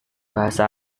bahasa